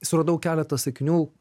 suradau keletą sakinių